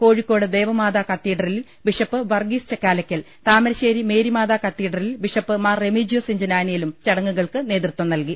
കോഴിക്കോട് ദേവമാതാ കത്തീഡ്രലിൽ bishop Varghese Chakkalakkal Thamarassery Mary Matha കത്തീഡ്രലിൽ bishop Mar Remigius ഇഞ്ചനാനിയലും ചടങ്ങുകൾക്ക് നേതൃത്വം നൽകി